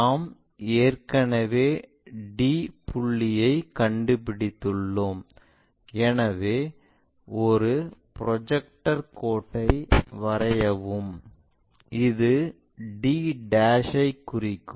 நாம் ஏற்கனவே d புள்ளியைக் கண்டுபிடித்துள்ளோம் எனவே ஒரு ப்ரொஜெக்டர் கோட்டை வரையவும் இது d ஐக் குறிக்கும்